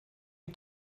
you